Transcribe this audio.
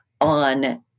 on